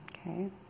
okay